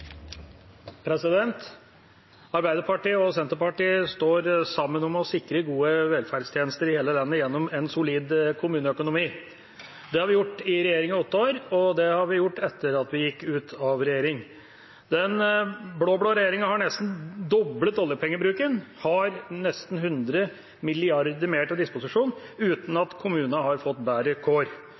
Arbeiderpartiet og Senterpartiet står sammen om å sikre gode velferdstjenester i hele landet gjennom en solid kommuneøkonomi. Det har vi gjort i regjering i åtte år, og det har vi gjort etter at vi gikk ut av regjering. Den blå-blå regjeringa har nesten doblet oljepengebruken og har nesten 100 mrd. kr mer til disposisjon uten at kommunene har fått bedre kår.